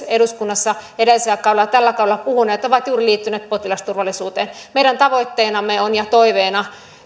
eduskunnassa edellisellä kaudella ja tällä kaudella puhuneet ovat liittyneet juuri potilasturvallisuuteen meidän tavoitteenamme ja toiveenamme on